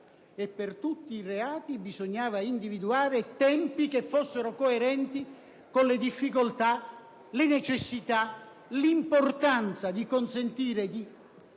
per tutti i reati bisognava individuare tempi coerenti con le difficoltà, la necessità e l'importanza di consentire